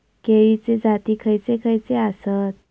केळीचे जाती खयचे खयचे आसत?